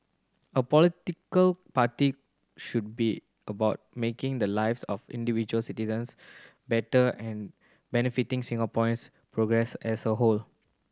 a political party should be about making the lives of individual citizens better and benefiting Singaporeans progress as a whole